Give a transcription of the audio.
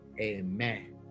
Amen